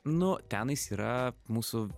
nu tenais yra mūsų